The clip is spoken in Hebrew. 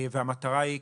והמטרה היא,